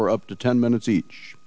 for up to ten minutes each